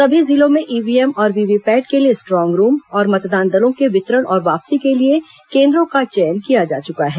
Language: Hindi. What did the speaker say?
सभी जिलों में ईव्हीएम और वीवीपैट के लिए स्ट्रांग रूम और मतदान दलों के वितरण और वापसी के लिए केन्द्रों का चयन किया जा चुका है